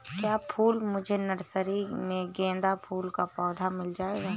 क्या मुझे नर्सरी में गेंदा फूल का पौधा मिल जायेगा?